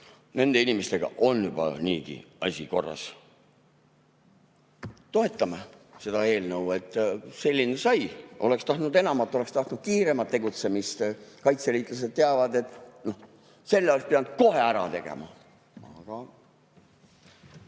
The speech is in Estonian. nende inimestega on juba niigi asi korras. Toetame seda eelnõu. Selline ta sai. Oleks tahtnud enamat, oleks tahtnud kiiremat tegutsemist. Kaitseliitlased teavad, et selle oleks pidanud kohe ära tegema.